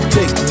Take